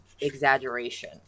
exaggeration